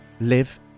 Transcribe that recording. live